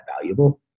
valuable